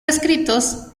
escritos